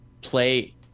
play